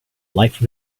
life